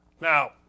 Now